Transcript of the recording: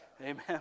amen